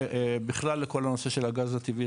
ובכלל לכל הנושא של הגז הטבעי,